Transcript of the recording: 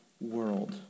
world